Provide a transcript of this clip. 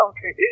Okay